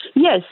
Yes